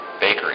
Bakery